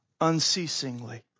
unceasingly